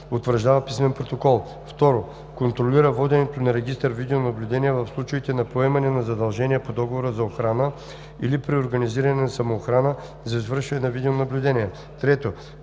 утвърждава писмен протокол; 2. контролира воденето на регистър „Видеонаблюдение” в случаите на поемане на задължение по договора за охрана или при организиране на самоохраната за извършване на видеонаблюдение; 3.